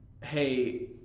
hey